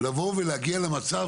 לבוא ולהגיע למצב,